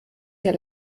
der